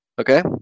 okay